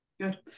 Good